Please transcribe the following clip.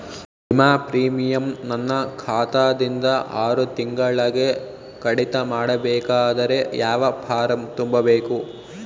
ವಿಮಾ ಪ್ರೀಮಿಯಂ ನನ್ನ ಖಾತಾ ದಿಂದ ಆರು ತಿಂಗಳಗೆ ಕಡಿತ ಮಾಡಬೇಕಾದರೆ ಯಾವ ಫಾರಂ ತುಂಬಬೇಕು?